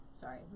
Sorry